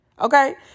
Okay